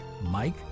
Mike